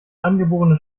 angeborene